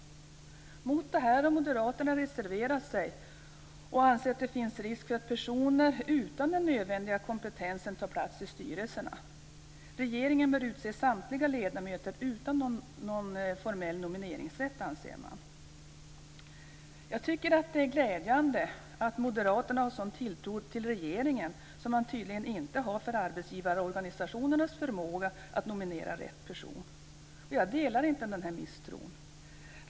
Mot detta har moderaterna reserverat sig och anser att det med detta finns risk att personer utan den nödvändiga kompetensen tar plats i styrelserna. Regeringen bör, anser man, utse samtliga ledamöter utan någon formell nomineringsrätt. Jag tycker det är glädjande att moderaterna har större tilltro till regeringen än vad man tydligen har för arbetsgivarorganisationerna när det gäller förmågan att nominera rätt person. Jag delar dock inte deras negativa inställning.